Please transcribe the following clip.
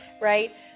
right